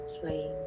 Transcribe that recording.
flame